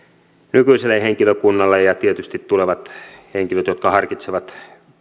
nykyiselle henkilökunnalle ja ja tietysti tulevat henkilöt jotka harkitsevat